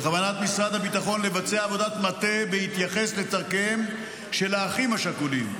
בכוונת משרד הביטחון לבצע עבודת מטה בהתייחס לצרכיהם של האחים השכולים.